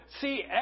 see